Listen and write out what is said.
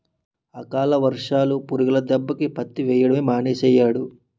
అకాల వర్షాలు, పురుగుల దెబ్బకి పత్తి వెయ్యడమే మానీసేరియ్యేడు